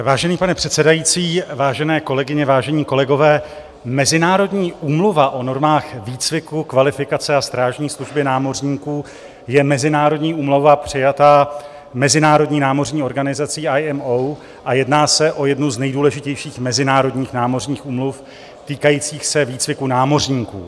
Vážený pane předsedající, vážené kolegyně, vážení kolegové, Mezinárodní úmluva o normách výcviku, kvalifikace a strážní služby námořníků je mezinárodní úmluva přijatá Mezinárodní námořní organizací IMO a jedná se o jednu z nejdůležitějších mezinárodních námořních úmluv týkajících se výcviku námořníků.